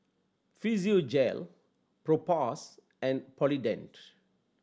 Physiogel Propass and Polident